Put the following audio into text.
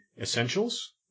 Essentials